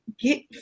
get